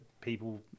people